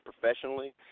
professionally